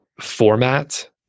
format